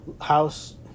house